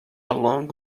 long